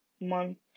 month